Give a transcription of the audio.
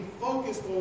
focused